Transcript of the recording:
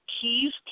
Keys